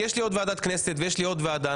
כי יש לי עוד ועדת כנסת ועוד ועדה.